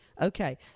okay